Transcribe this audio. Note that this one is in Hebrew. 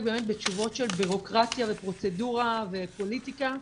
בתשובות של בירוקרטיה ופרוצדורה ופוליטיקה,